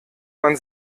man